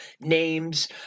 names